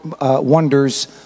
wonders